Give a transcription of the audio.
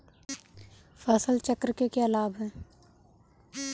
फसल चक्र के क्या लाभ हैं?